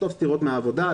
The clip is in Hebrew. לחטוף סטירות מהעבודה,